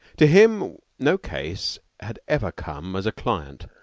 to him no case had ever come as a client,